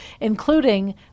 including